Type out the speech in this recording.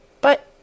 But